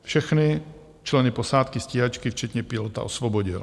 Všechny členy posádky stíhačky včetně pilota osvobodil.